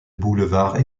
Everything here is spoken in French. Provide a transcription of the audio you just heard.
boulevard